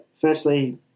firstly –